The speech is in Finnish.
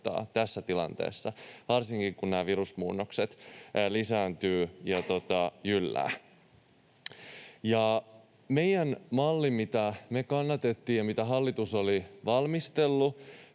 tässä tilanteessa, varsinkin kun nämä virusmuunnokset lisääntyvät ja jylläävät. Meidän mallimme, mitä me kannatettiin ja mitä hallitus oli valmistellut,